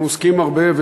אנחנו עוסקים הרבה,